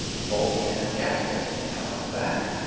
the bolt and gas piston come out the back.